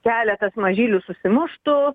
keletas mažylių susimuštų